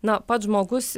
na pats žmogus